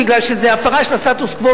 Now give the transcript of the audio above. מפני שזה הפרה של הסטטוס-קוו.